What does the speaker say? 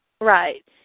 Right